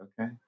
Okay